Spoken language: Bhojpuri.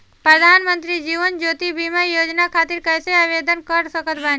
प्रधानमंत्री जीवन ज्योति बीमा योजना खातिर कैसे आवेदन कर सकत बानी?